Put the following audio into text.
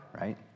right